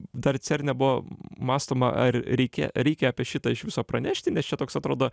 dar cerne buvo mąstoma ar reikia reikia apie šitą iš viso pranešti nes čia toks atrodo